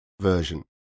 version